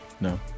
No